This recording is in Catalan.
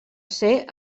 ser